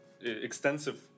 extensive